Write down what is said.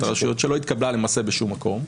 הרשויות שלא התקבלה למעשה בשום מקום,